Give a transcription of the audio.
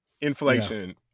Inflation